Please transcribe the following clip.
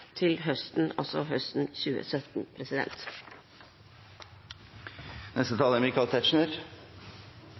til høsten, altså høsten 2017.